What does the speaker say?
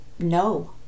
no